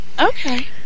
Okay